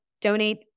donate